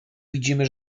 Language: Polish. widzimy